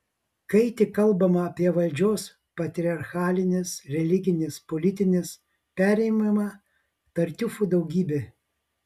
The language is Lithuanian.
kai tik kalbama apie valdžios patriarchalinės religinės politinės perėmimą tartiufų daugybė